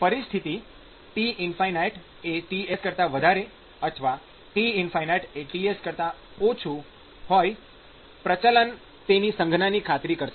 પરિસ્થિતી T ͚ Ts અથવા T ͚ Ts હોય પ્રચલન તેની સંજ્ઞાની ખાતરી કરશે